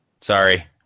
sorry